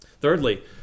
Thirdly